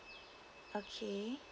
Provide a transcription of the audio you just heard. okay